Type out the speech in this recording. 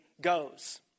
goes